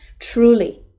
Truly